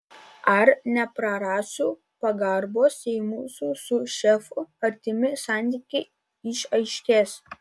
ar neprarasiu pagarbos jei mūsų su šefu artimi santykiai išaiškės